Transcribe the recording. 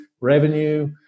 revenue